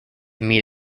meet